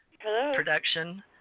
production